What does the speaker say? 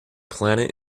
planet